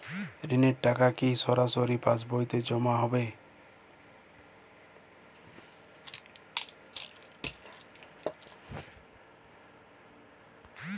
ঋণের টাকা কি সরাসরি আমার পাসবইতে জমা হবে?